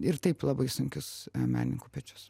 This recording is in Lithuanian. ir taip labai sunkius menininkų pečius